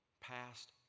past